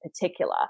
particular